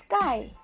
sky